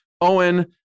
Owen